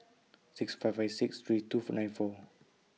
six five five six three nine four